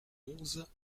onze